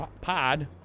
pod